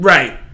Right